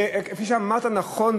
וכפי שאמרת נכון,